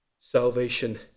salvation